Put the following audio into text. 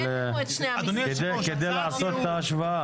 אין לנו את שני המסמכים כדי לעשות את ההשוואה.